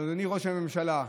אבל אדוני ראש הממשלה,